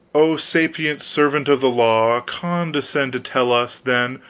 oh, sapient servant of the law, condescend to tell us, then,